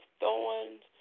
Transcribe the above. thorns